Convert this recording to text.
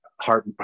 heart